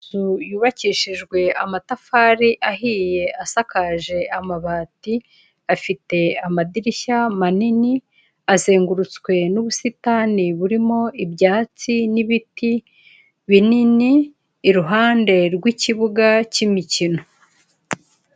Inzu yubakishijwe amatafari ahiye asakaje amabati, afite amadirishya manini azengurutswe n'ubusitani burimo ibyatsi n'ibiti binini iruhande rw'ikibuga cy'imikino.